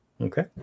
Okay